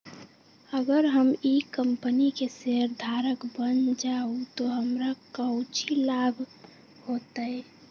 अगर हम ई कंपनी के शेयरधारक बन जाऊ तो हमरा काउची लाभ हो तय?